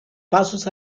pasos